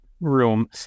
room